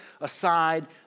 aside